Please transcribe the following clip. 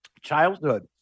Childhood